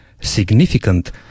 significant